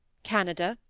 canada,